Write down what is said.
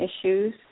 issues